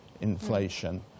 inflation